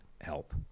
help